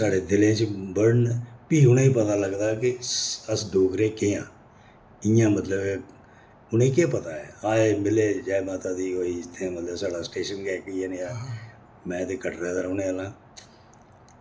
साढ़े दिलै च बढ़न फ्ही उनेंई पता लगदा के स अस डोगरे केह् आं इयां मतलब उनें केह् पता ऐ आए मिले जै माता दी होई इत्थै मतलब साढ़ा स्टेशन गै इक इयै नेहा हा मैं ते कटरा दा रौह्ने आह्लां